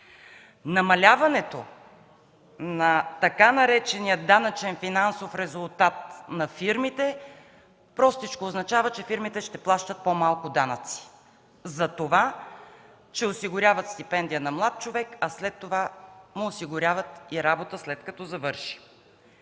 Намаляването на така наречения „данъчен финансов резултат” на фирмите простичко означава, че ще плащат по-малко данъци за това, че осигуряват стипендия на млад човек, а след това, след като завърши,